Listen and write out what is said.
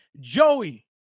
Joey